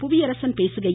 புவியரசன் பேசுகையில்